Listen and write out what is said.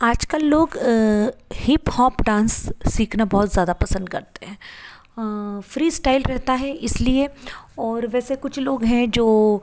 आज कल लोग हीप हॉप डांस सिखाना बहुत ज़्यादा पसंद करते हैं फ्रीस्टाइल रहता है इसलिए और वैसे कुछ लोग हैं जो